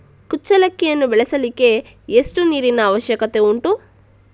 ಕುಚ್ಚಲಕ್ಕಿಯನ್ನು ಬೆಳೆಸಲಿಕ್ಕೆ ಎಷ್ಟು ನೀರಿನ ಅವಶ್ಯಕತೆ ಉಂಟು?